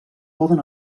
poden